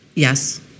Yes